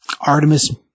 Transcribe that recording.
Artemis